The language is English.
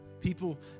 people